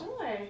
Sure